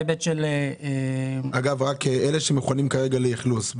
אלה שמוכנים כרגע לאכלוס,